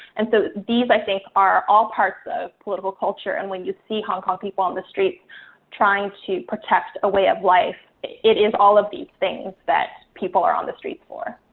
and so these, i think, are all parts of political culture. and when you see hong kong people on the streets trying to protect a way of life it is all of these things that people are on the street for.